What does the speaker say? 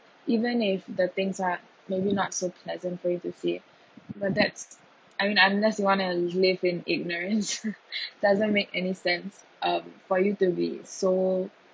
even if the things are maybe not so pleasant for you to see it but that's I mean unless you want to live in ignorance doesn't make any sense of for you to be so